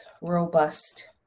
robust